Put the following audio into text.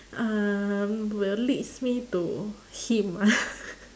um will leads me to him ah